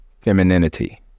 femininity